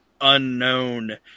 unknown